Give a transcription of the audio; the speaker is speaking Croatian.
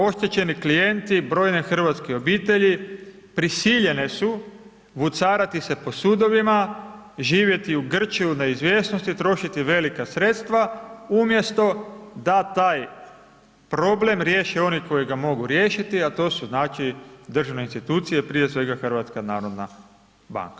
Oštećeni klijenti, brojne hrvatske obitelji, prisiljene su vucarati se po sudovima, živjeti u grču, neizvjesnosti, trošiti velika sredstva, umjesto, da taj problem riješe oni koji ga mogu riješiti, a to su znači državne institucije, prije svega HNB.